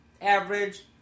average